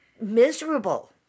miserable